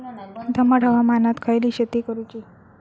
दमट हवामानात खयली शेती करूची?